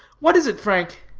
what is it frank?